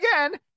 again